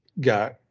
got